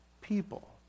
people